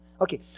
Okay